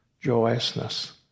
joyousness